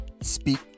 speak